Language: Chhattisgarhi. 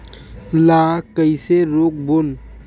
ला कइसे रोक बोन?